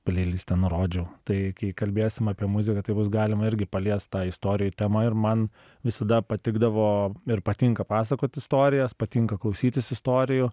pleiliste nurodžiau tai kai kalbėsim apie muziką tai bus galima irgi paliest tą istorijų temą ir man visada patikdavo ir patinka pasakot istorijas patinka klausytis istorijų